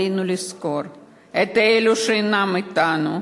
עלינו לזכור את אלה שאינם אתנו,